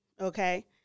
okay